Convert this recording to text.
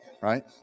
right